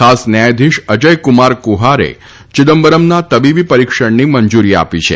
ખાસ ન્યાયાધીશ અજયકુમાર કુહારે ચિદમ્બરમના તબીબી પરીક્ષણની મંજુરી આપી છે